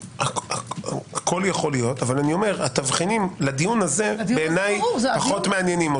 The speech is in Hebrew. הכול יכול להיות אבל התבחינים לדיון הזה בעיניי פחות מעניינים.